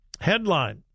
Headline